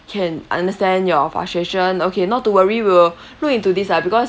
can I understand your frustration okay not to worry we'll look into this lah because